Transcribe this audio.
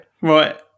Right